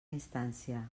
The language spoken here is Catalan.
instància